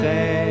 say